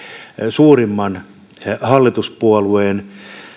suurimman hallituspuolueen